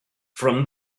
from